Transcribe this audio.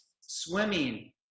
swimming